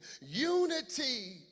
unity